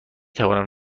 توانم